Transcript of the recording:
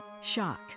shock